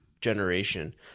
generation